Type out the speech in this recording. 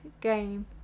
game